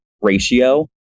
ratio